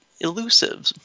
elusive